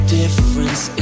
difference